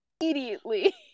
immediately